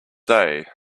day